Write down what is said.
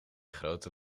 grote